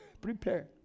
Prepare